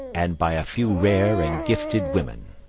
and by a few rare and gifted women.